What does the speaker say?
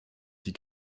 die